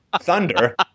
Thunder